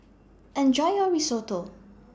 Enjoy your Risotto